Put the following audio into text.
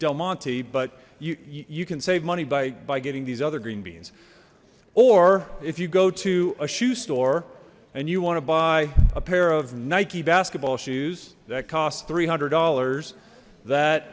del monte but you you can save money by getting these other green beans or if you go to a shoe store and you want to buy a pair of nike basketball shoes that costs three hundred dollars that